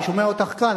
אני שומע אותך כאן,